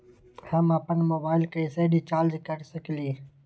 हम अपन मोबाइल कैसे रिचार्ज कर सकेली?